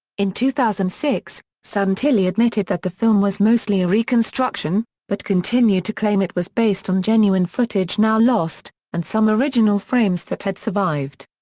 in two thousand and six, santilli admitted that the film was mostly a reconstruction, but continued to claim it was based on genuine footage now lost, and some original frames that had survived.